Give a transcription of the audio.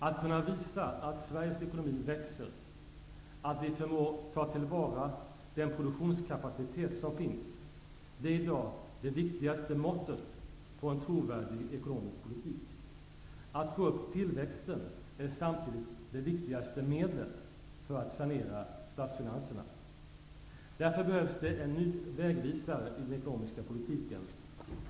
Att kunna visa att Sveriges ekonomi växer, att vi förmår ta till vara den produktionskapacitet som finns är i dag det viktigaste måttet på en trovärdig ekonomisk politik. Att få upp tillväxten är samtidigt det viktigaste medlet för att sanera statsfinanserna. Därför behövs det en ny vägvisare i den ekonomiska politiken.